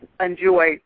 enjoy